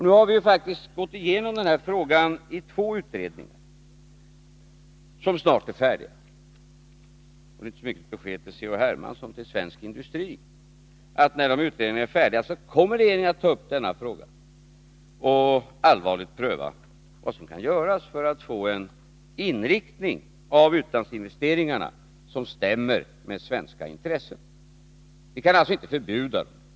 Nu har vi ju faktiskt gått igenom den här frågan i två utredningar som snart är färdiga, och det är inte så mycket ett besked till C.-H. Hermansson som till svensk industri att när de utredningarna är färdiga kommer regeringen att ta upp denna fråga och allvarligt pröva vad som kan göras för att få en inriktning av utlandsinvesteringarna som stämmer med svenska intressen. Vi kan alltså inte förbjuda dem.